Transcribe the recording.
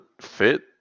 fit